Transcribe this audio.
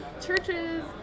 churches